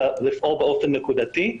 אלא לפעול באופן נקודתי.